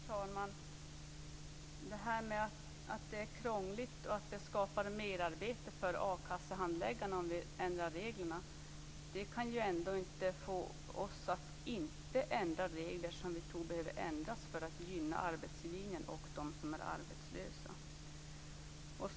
Fru talman! Att det är krångligt och att det skapar merarbete för a-kassehandläggarna om vi ändrar reglerna kan inte få oss att inte ändra regler som vi tror behöver ändras för att gynna arbetslinjen och dem som är arbetslösa.